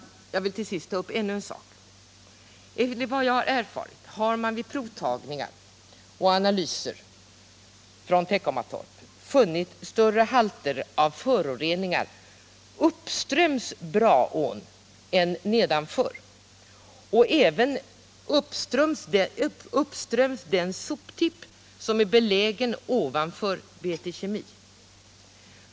Jag vill till sist ta upp ännu en sak. Enligt vad jag erfarit har man vid provtagningar och analyser från Teckomatorp funnit större halter av föroreningar uppströms Braån och även uppströms den soptipp som är belägen ovanför BT Kemi.